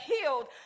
healed